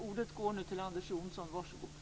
Ordet går nu till Johan Lönnroth för replik.